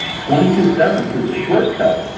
twenty two seven is a shortcut,